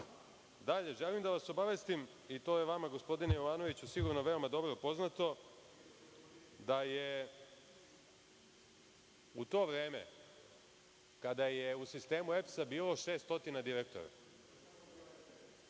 želim da vas obavestim, i to je vama gospodine Jovanoviću sigurno veoma dobro poznato, da je u to vreme, kada je u sistemu EPS-a bilo 600 direktora,